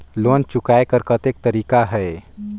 Loan चुकाय कर कतेक तरीका है?